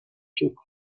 took